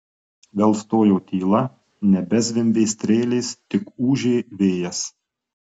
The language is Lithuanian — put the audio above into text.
vėl stojo tyla nebezvimbė strėlės tik ūžė vėjas